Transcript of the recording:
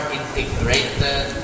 integrated